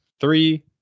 Three